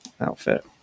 outfit